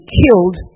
killed